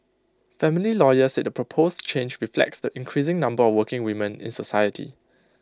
family lawyers said the proposed change reflects the increasing number of working women in society